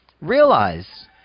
realize